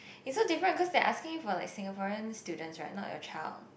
it's so different cause they're asking you for like Singaporean students right not your child